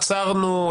עצרנו,